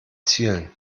zielen